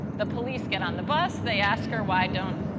the police get on the bus, they ask her why don't,